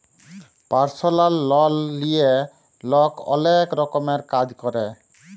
পারসলাল লল লিঁয়ে লক অলেক রকমের কাজ ক্যরে